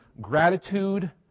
gratitude